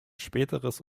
späteres